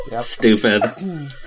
stupid